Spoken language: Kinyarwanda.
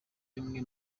bimwe